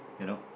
you know